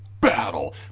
Battle